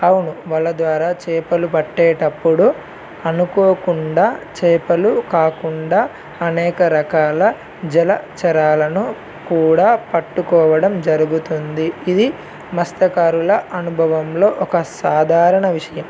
అవును వాళ్ల ద్వారా చేపలు పట్టేటప్పుడు అనుకోకుండా చేపలు కాకుండా అనేక రకాల జలచరాలను కూడా పట్టుకోవడం జరుగుతుంది ఇది మత్సకారుల అనుభవంలో ఒక సాధారణ విషయం